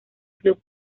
club